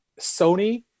Sony